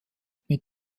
mit